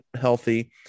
healthy